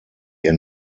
ihr